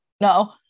no